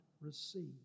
receive